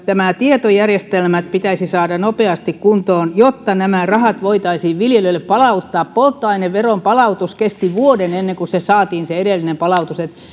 tietojärjestelmät pitäisi saada nopeasti kuntoon jotta nämä rahat voitaisiin viljelijöille palauttaa polttoaineveroa palautettaessa kesti vuoden ennen kuin saatiin se edellinen palautus